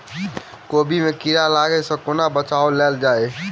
कोबी मे कीड़ा लागै सअ कोना बचाऊ कैल जाएँ?